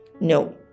No